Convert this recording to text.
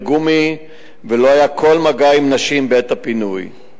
גומי ולא היה כל מגע עם נשים בעת הפינוי.